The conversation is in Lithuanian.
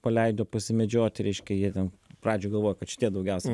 paleido pasimedžiot reiškia jie ten pradžių galvojo kad šitie daugiausia